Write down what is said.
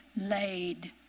laid